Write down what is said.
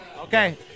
Okay